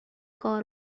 کار